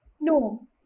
no